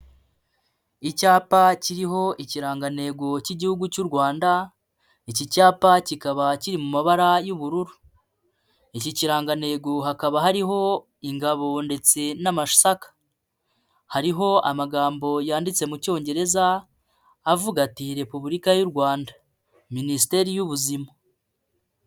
Icyapa kiriho ikirangantego k'igihugu cy'u Rwanda, iki cyapa kikaba kiri mu mabara y'ubururu. Iki kirangantego hakaba hariho ingabo ndetse n'amasaka, hariho amagambo yanditse mu Cyongereza, avuga ati: Repubulika y'u Rwanda, Minisiteri y'Ubuzima.